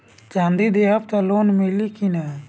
चाँदी देहम त लोन मिली की ना?